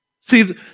See